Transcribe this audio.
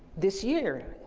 this year.